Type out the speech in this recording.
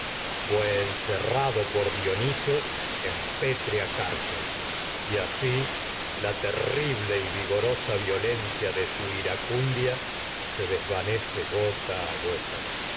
fué encerrado dióniso en pétrea cárcel tragedias de sófocles y se asi la terrible y vigorosa violencia de su iracundia su desvanece gota a gota